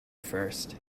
first